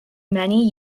many